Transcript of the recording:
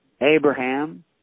Abraham